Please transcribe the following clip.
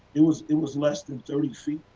it was it was less than thirty feet.